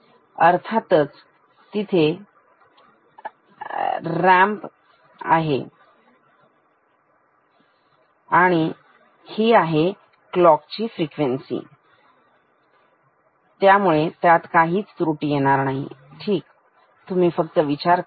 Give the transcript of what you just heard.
अर्थातच तिथे ramp generator नाही आणि इथे क्लॉक ची फ्रिक्वेन्सी नाही त्यामुळे त्रुटी येणार नाही ठीक तुम्ही फक्त विचार करा